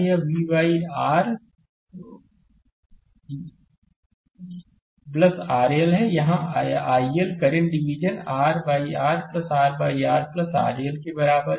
यहाँ यह v R RL है यहाँ यह iL current division R R R R RL के बराबर है